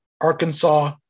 Arkansas